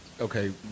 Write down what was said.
okay